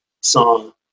song